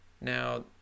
Now